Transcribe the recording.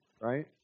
right